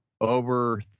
over